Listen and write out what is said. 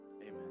Amen